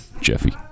Jeffy